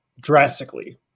drastically